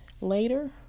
later